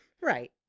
Right